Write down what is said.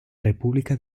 república